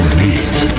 meet